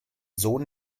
sohn